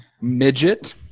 Midget